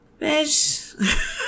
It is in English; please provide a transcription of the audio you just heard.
bitch